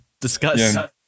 discuss